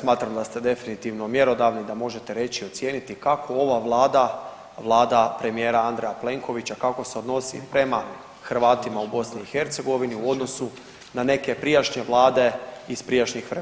smatram da ste definitivno mjerodavni da možete reći i ocijeniti kako ova vlada, vlada premijera Andreja Plenkovića, kako se odnosi prema Hrvatima u BiH u odnosu na neke prijašnje vlade iz prijašnjih vremena?